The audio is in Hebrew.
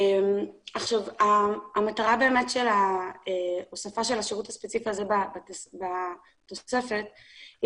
המטרה של הוספת השירות הספציפי הזה בתוספת היא